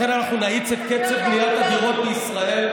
לכן אנחנו נאיץ את קצב בניית הדירות בישראל,